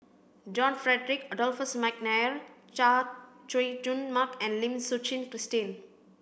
John Frederick Adolphus McNair Chay Jung Jun Mark and Lim Suchen Christine